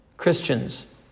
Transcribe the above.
Christians